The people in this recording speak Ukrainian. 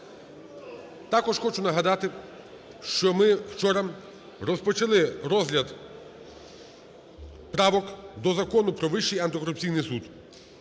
Також хочу нагадати, що ми вчора розпочали розгляд правок до Закону "Про Вищий антикорупційний суд".